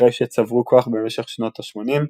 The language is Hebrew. אחרי שצברו כוח במשך שנות ה-80,